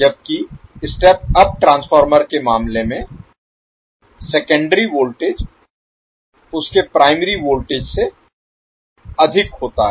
जबकि step up transformer के मामले में सेकेंडरी वोल्टेज उसके प्राइमरी वोल्टेज से अधिक होता है